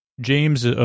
James